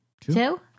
Two